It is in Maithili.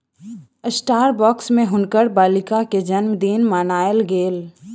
स्टारबक्स में हुनकर बालिका के जनमदिन मनायल गेल